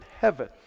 heaven